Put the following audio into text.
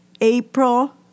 April